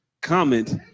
comment